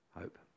hope